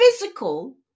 physical